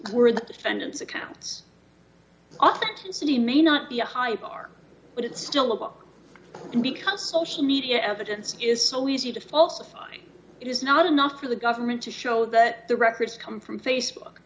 in the defendant's accounts authenticity may not be a high bar but it's still a book and because social media evidence is so easy to falsify it is not enough for the government to show that the records come from facebook